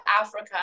Africa